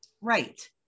Right